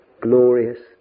glorious